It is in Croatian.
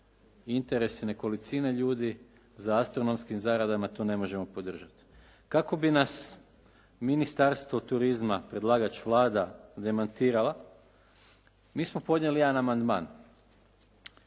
interesi nekolicine ljudi za astronomskim zaradama to ne možemo podržati. Kako bi nas Ministarstvo turizma, predlagač Vlada demantirala, mi smo podnijeli jedan amandman